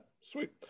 sweet